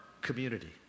community